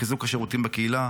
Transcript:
חיזוק השירותים בקהילה,